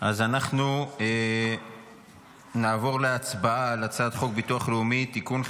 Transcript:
אנחנו נעבור להצבעה על הצעת חוק ביטוח לאומי (תיקון,